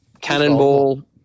Cannonball